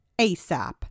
ASAP